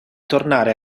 tornare